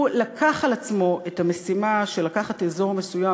שהוא לקח על עצמו את המשימה של לקחת אזור מסוים,